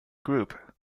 group